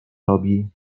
robi